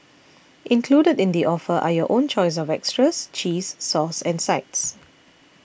included in the offer are your own choice of extras cheese sauce and sides